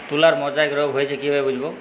তুলার মোজাইক রোগ হয়েছে কিভাবে বুঝবো?